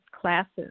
classes